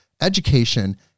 education